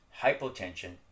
hypotension